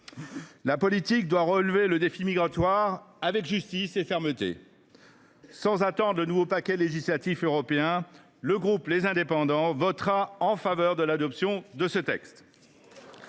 La politique doit relever le défi migratoire avec justice et fermeté. Sans attendre le nouveau paquet législatif européen, le groupe Les Indépendants – République et Territoires votera en faveur de l’adoption de ce texte.